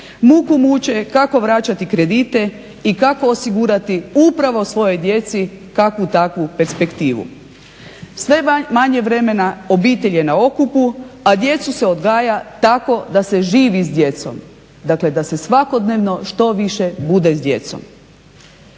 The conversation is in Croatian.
muku muče kako vraćati kredite i kako osigurati upravo svojoj djeci kakvu takvu perspektivu. Sve je manje vremena, obitelj je na okupu, a djecu se odgaja tako da se živi s djecom. Dakle, da se svakodnevno što više bude s djecom.